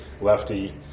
lefty